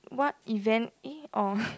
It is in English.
what event eh orh